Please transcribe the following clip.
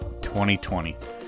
2020